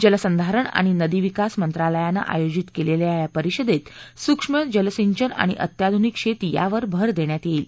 जलसंधारण आणि नदी विकास मंत्रालयान आयोजित केलेल्या या परिषदेत सुक्ष्म जलसिंचन आणि अत्याधुनिक शेती यावर भर देण्यात येईल